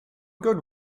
good